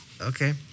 Okay